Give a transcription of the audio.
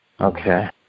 Okay